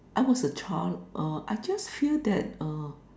I was a child uh I just feel that uh